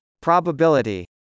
Probability